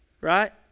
Right